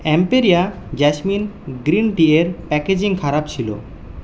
Emperia jasmine green tea এর packaging খারাপ ছিল